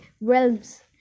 realms